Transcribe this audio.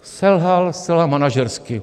Selhal zcela manažersky.